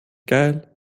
geil